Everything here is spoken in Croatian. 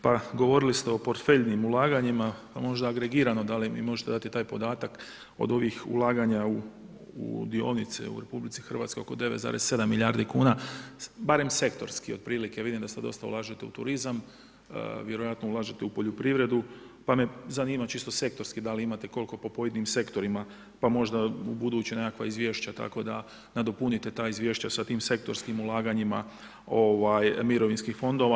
Pa govorili ste o portfeljnim ulaganjima pa možda agregirano da li mi možete dati taj podatak od ovih ulaganja u dionice u RH oko 9,7 milijardi kuna, barem sektorski otprilike, vidim da se dosta ulažete u turizam, vjerojatno ulažete u poljoprivredu pa me zanima čisto sektorski da li imate koliko po pojedinim sektorima pa možda ubuduće nekakva izvješća tako da nadopunite ta izvješća sa tim sektorskim ulaganjima mirovinskih fondova.